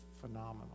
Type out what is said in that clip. phenomenal